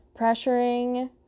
Pressuring